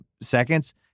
seconds